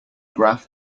graph